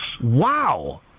Wow